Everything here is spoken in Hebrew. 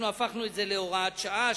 אנחנו הפכנו את זה להוראת שעה,